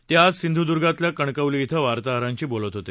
ते आज सिंधुदुर्गातल्या कणकवली इथं वार्ताहरांशी बोलत होते